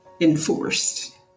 enforced